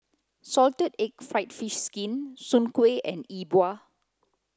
salted egg fried fish skin soon kuih and yi bua